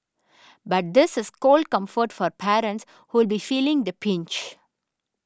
but this is cold comfort for parents who'll be feeling the pinch